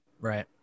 Right